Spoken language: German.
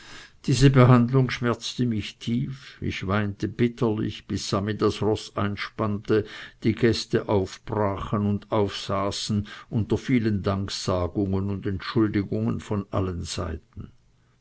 diese behandlung schmerzte mich tief ich weinte bitterlich bis sami das roß einspannte die gäste aufbrachen und aufsaßen unter vielen danksagungen und entschuldigungen von allen seiten